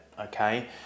Okay